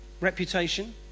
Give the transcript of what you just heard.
reputation